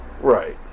Right